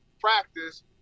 practice